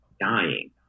dying